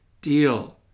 deal